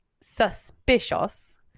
suspicious